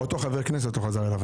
אותו חבר כנסת לא חזר אליו.